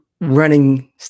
running